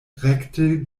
rekte